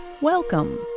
welcome